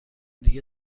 دیگه